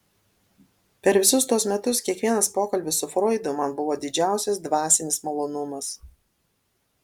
per visus tuos metus kiekvienas pokalbis su froidu man buvo didžiausias dvasinis malonumas